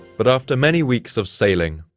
but after many weeks of sailing,